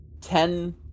Ten